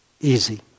easy